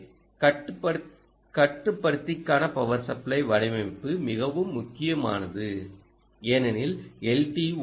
எனவே கட்டுப்படுத்திக்கான power supply வடிவமைப்பு மிகவும் முக்கியமானது ஏனெனில் எல்